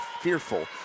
fearful